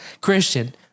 Christian